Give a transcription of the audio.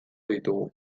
ditugu